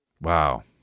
Wow